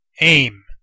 Aim